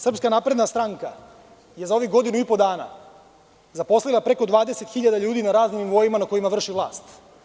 Srpska napredna stranka je za godinu i po dana zaposlila preko 20 hiljada ljudi na raznim nivoima na kojima vrši vlast.